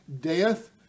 death